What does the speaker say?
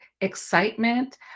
excitement